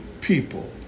people